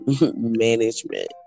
management